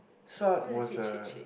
Salt was a